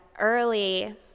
early